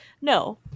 No